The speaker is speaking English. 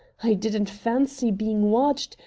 i didn't fancy being watched,